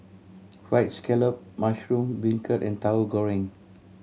Fried Scallop mushroom beancurd and Tauhu Goreng